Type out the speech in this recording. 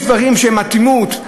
יש דברים שהם אטימות,